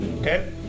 Okay